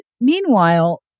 meanwhile